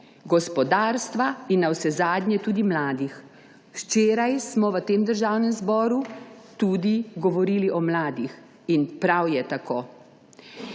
gospodarstva in navsezadnje tudi mladih. Včeraj smo v Državnem zboru tudi govorili o mladih. In prav je tako.